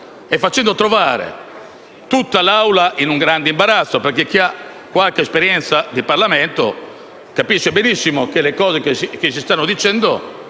e facendo trovare tutta l'Assemblea in un grande imbarazzo. Infatti, chi ha una qualche esperienza di Parlamento capisce benissimo che le cose che si stanno dicendo